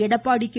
Edappadi K